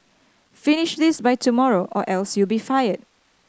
finish this by tomorrow or else you'll be fired